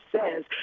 says